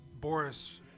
Boris